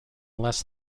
less